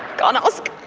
got an oscar